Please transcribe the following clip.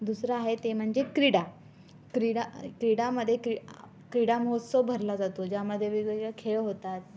दुसरं आहे ते म्हणजे क्रीडा क्रीडा क्रीडामध्ये क्रि आ क्रीडामहोत्सव भरला जातो ज्यामध्ये वेगवेगळे खेळ होतात